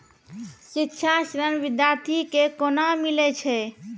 शिक्षा ऋण बिद्यार्थी के कोना मिलै छै?